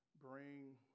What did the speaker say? bring